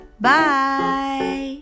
Bye